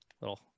little